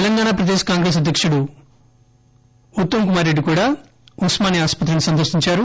తెలంగాణ ప్రదేశ్ కాంగ్రెస్ అధ్యక్తుడు ఉత్తమ్ కుమార్ రెడ్డి కూడా ఉస్మానియా ఆసుపత్రిని సందర్పించారు